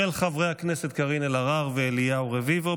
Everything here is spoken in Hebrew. של חברי הכנסת קארין אלהרר ואליהו רביבו.